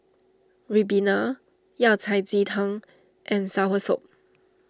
Ribena Yao Cai Ji Tang and Soursop